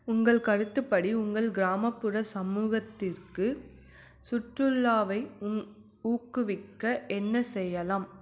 உங்கள் கருத்துப்படி உங்கள் கிராமப்புற சமூகத்திற்கு சுற்றுலாவை ஊ ஊக்குவிக்க என்ன செய்யலாம்